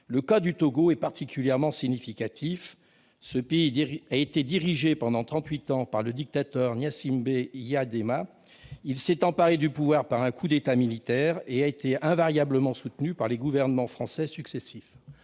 Le cas du Togo est particulièrement significatif. Ce pays a été dirigé pendant trente-huit ans par le dictateur Gnassingbé Eyadema, qui s'est emparé du pouvoir par un coup d'État militaire et a été invariablement soutenu par les gouvernements français successifs.